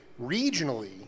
regionally